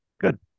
Good